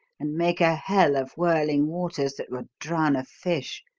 and make a hell of whirling waters that would drown a fish.